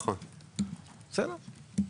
בסדר,